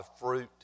fruit